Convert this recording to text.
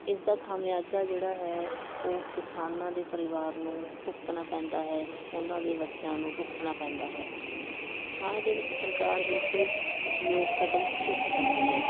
ਇਸ ਦਾ ਖਾਮਿਆਜਾ ਜਿਹੜਾ ਹੈ ਉਹ ਕਿਸਾਨਾਂ ਦੇ ਪਰਿਵਾਰ ਨੂੰ ਭੁਗਤਣਾ ਪੈਂਦਾ ਹੈ ਉਹਨਾਂ ਦੇ ਬੱਚਿਆਂ ਨੂੰ ਭੁਗਤਣਾ ਪੈਂਦਾ ਹੈ ਹਾਂ ਇਹਦੇ ਵਿੱਚ ਸਰਕਾਰ ਬਿਲਕੁਲ ਯੋਗ ਕਦਮ ਚੁੱਕ ਸਕਦੀ ਹੈ